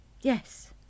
Yes